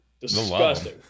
Disgusting